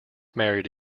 married